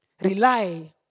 Rely